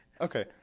Okay